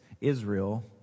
Israel